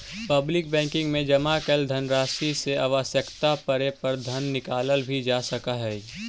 public banking में जमा कैल धनराशि से आवश्यकता पड़े पर धन निकालल भी जा सकऽ हइ